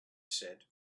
said